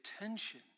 attention